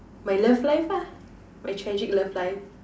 my love life lah my tragic love life